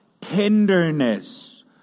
tenderness